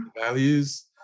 values